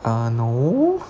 ah no